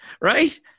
right